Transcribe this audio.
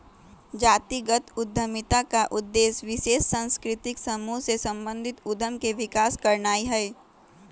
जातिगत उद्यमिता का उद्देश्य विशेष सांस्कृतिक समूह से संबंधित उद्यम के विकास करनाई हई